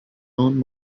own